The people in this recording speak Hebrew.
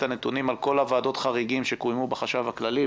הנתונים על כל ועדות החריגים שקוימו בחשב הכללי,